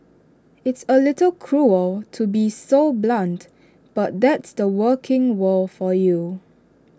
it's A little cruel to be so blunt but that's the working world for you